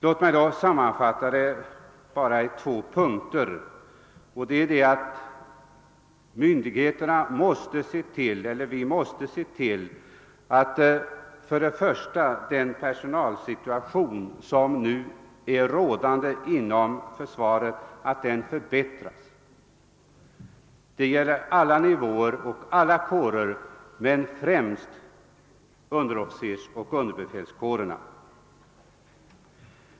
Låt mig sammanfatta i två punkter. Vi måste för det första se till, att den rådande personalsituationen inom försvaret förbättras. Det gäller alla nivåer och alla kårer men främst underofficersoch underbefälskårerna.